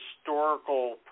historical